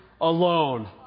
alone